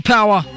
Power